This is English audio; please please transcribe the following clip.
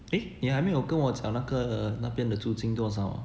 eh 你还没有跟我讲那个那边的租金多少 ah